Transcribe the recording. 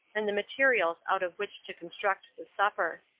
and the materials out of which to construct the supper.